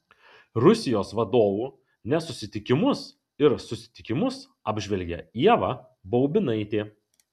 rusijos vadovų nesusitikimus ir susitikimus apžvelgia ieva baubinaitė